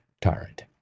tyrant